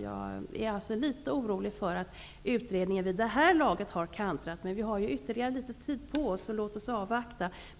är litet orolig för att utredningen vid det här laget har kantrat. Men vi har ju ytterligare litet tid på oss, så låt oss avvakta.